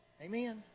Amen